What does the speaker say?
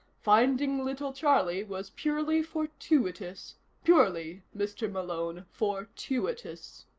finding little charlie was purely fortuitous purely, mr. malone, fortuitous.